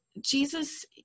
Jesus –